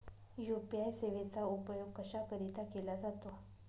UPI सेवेचा उपयोग कशाकरीता केला जातो?